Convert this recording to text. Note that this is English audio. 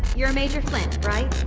you're major flint, right?